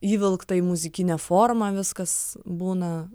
įvilkta į muzikinę formą viskas būna